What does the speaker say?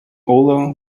older